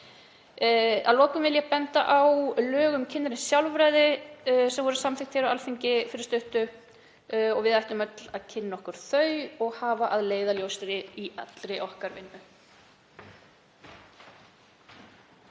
Að lokum vil ég benda á lög um kynrænt sjálfræði sem voru samþykkt hér á Alþingi fyrir stuttu. Við ættum öll að kynna okkur þau og hafa að leiðarljósi í allri okkar vinnu.